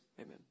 Amen